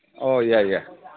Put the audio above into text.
ꯑꯣ ꯌꯥꯏ ꯌꯥꯏ